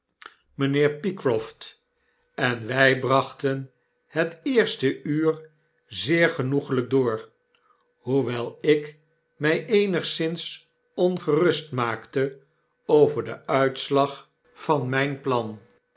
mynheer pycroft en wij brachten het eerste uur zeer genoeglyk door hoewel ik my eenigszins ongerust maakte over den uitslag van myn plan